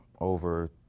over